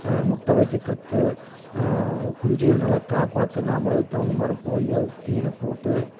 முட்டை வைக்க கத்தும் குஞ்சுகள நல்லா காப்பாற்றும் நாம்ப அதுக்கு தகுந்த மாதிரி போய் அதுக்கு தீனி போட்டு